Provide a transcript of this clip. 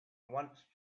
once